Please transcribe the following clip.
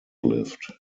lived